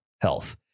health